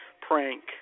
prank